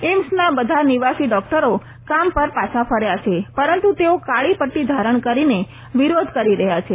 એઈમ્સના બાધ નિવાસી ડોકટરો કામ પર પાછા કર્યા છે પરંતુ તેઓ કાળી પટ્ટી ધારણ કરીને વિરોધ કરી રહયાં છે